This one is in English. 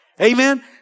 Amen